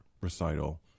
recital